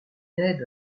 ned